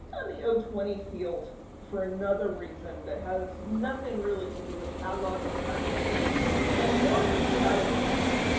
done the ah twenty field for another reason that has nothing really to do with cataloging practices and more to do with isbn's.